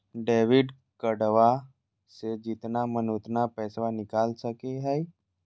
Debit कार्डबा से जितना मन उतना पेसबा निकाल सकी हय?